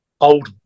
old